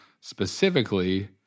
specifically